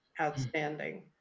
outstanding